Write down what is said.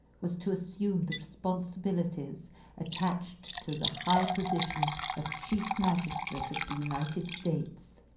was to assume the responsibilities attached to the high position of chief magistrate of the united states.